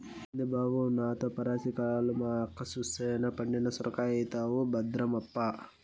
ఏంది బావో నాతో పరాసికాలు, మా యక్క సూసెనా పండిన సొరకాయైతవు భద్రమప్పా